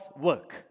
work